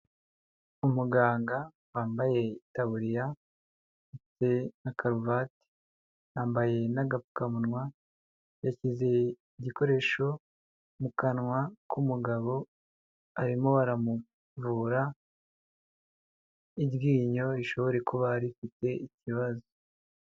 Umuganga wambaye itaburiya ndetse na karuvati, yambaye n'agapfukamunwa, yashyize igikoresho mu kanwa k'umugabo, arimo aramuvura iryinyo rishobore kuba rifite ikibazo.